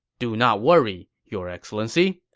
do not worry, your excellency.